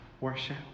worship